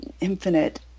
infinite